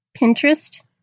Pinterest